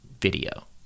video